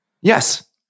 Yes